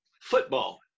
football